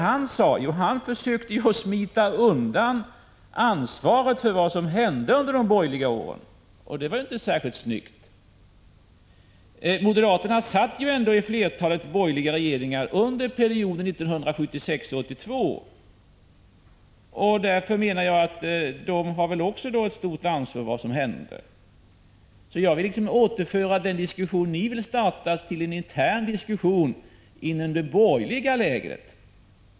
Han försökte smita undan ansvaret för vad som hände under de borgerliga åren, och det var ju inte särskilt snyggt. Moderaterna deltog ju ändå i flertalet borgerliga regeringar under perioden 1976-1982. Därför har väl också de ett stort ansvar för vad som hände. Jag vill därför i den diskussion ni nu vill starta återföra er till en intern diskussion inom det borgerliga länet.